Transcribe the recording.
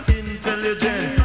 intelligent